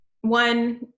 one